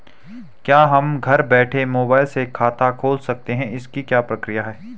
क्या हम घर बैठे मोबाइल से खाता खोल सकते हैं इसकी क्या प्रक्रिया है?